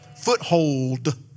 foothold